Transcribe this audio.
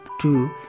two